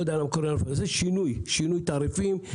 זה שינוי תעריפים,